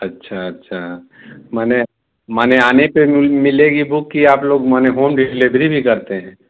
अच्छा अच्छा माने माने आने पे मिलेगी बूक कि आप लोग माने होम डिलिवरी भी करते हैं